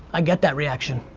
i get that reaction.